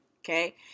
okay